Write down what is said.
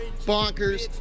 bonkers